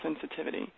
sensitivity